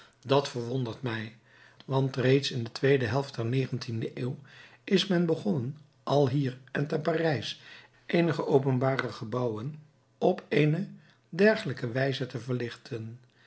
dat verwondert mij want reeds in de tweede helft der negentiende eeuw is men begonnen alhier en te parijs eenige openbare gebouwen op eene dergelijke wijze te verlichten